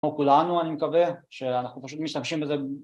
‫כמו כולנו, אני מקווה ‫שאנחנו פשוט משתמשים בזה.